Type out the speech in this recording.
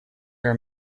are